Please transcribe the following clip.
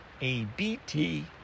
ABT